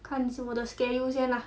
看我的 schedule 先 lah